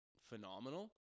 phenomenal